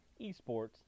eSports